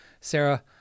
Sarah